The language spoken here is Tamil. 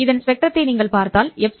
இதன் ஸ்பெக்ட்ரத்தை நீங்கள் பார்த்தால் fc